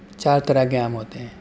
چار طرح کے آم ہوتے ہیں